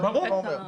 ברור.